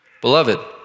Beloved